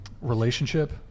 relationship